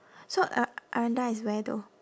so uh aranda is where though